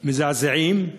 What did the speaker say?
מזעזעים,